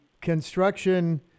construction